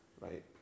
right